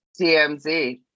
TMZ